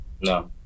no